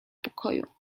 pokoju